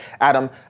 Adam